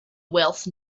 wealth